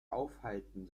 aufhalten